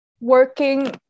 working